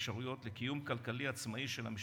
לא תוכלו לרחוץ בניקיון כפיכם בהתקדש ימי החג.